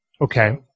Okay